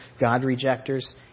God-rejectors